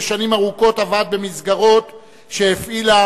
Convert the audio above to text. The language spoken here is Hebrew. ושנים ארוכות עבד במסגרות שהפעילה: